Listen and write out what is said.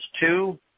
two